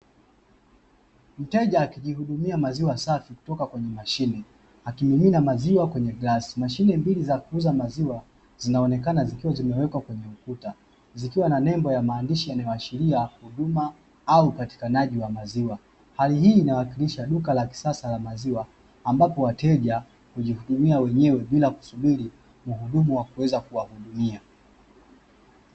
Mteja akijihudumia maziwa safi kutoka kwenye mashine akiminina maziwa kwenye glasi. Mashine mbili za kuuza maziwa zinaonekana zikiwa zimewekwa kwenye ukuta zikiwa na nembo ya maandishi inayoashiria huduma au upatikanaji wa maziwa. Hali hii inawakilisha duka la kisasa la maziwa ambapo wateja hujihudumia wenyewe bila kusubiri mhudumu wa kuweza kuwahudumia.